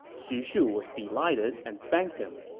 xu shu was delighted and thanked him.